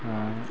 हाँ